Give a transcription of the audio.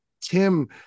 Tim